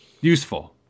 useful